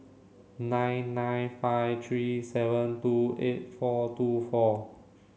nine nine five three seven two eight four two four